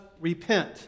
repent